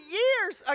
years